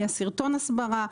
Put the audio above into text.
יש סרטון הסברה.